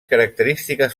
característiques